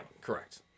correct